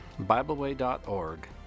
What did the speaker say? BibleWay.org